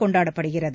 கொண்டாடப்படுகிறது